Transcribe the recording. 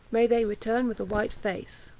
may they return with a white face!